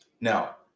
now